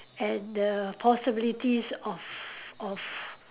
and the possibilities of of